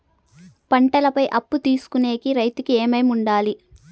పంటల పై అప్పు తీసుకొనేకి రైతుకు ఏమేమి వుండాలి?